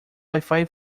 wifi